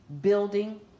building